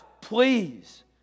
please